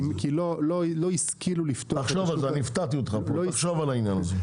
נכון כי לא השכילו לפתוח את השוק.